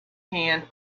can